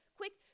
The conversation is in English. quick